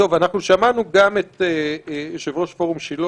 שמענו גם את יושב-ראש פורום שילה,